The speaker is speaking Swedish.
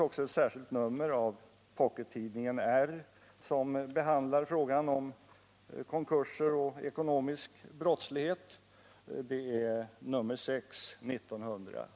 Också i ett särskilt nummer av Pockettidningen R, nr 6 1978, behandlas frågan om konkurser och ekonomisk brottslighet.